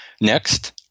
Next